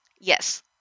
Yes